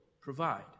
provide